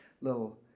little